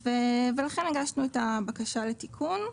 לכן הגשנו את הבקשה לתיקון.